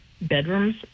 bedrooms